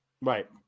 right